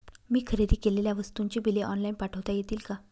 मी खरेदी केलेल्या वस्तूंची बिले ऑनलाइन पाठवता येतील का?